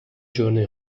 journey